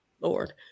Lord